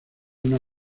una